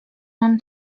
mam